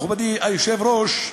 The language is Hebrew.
מכובדי היושב-ראש,